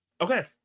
Okay